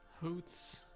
Hoots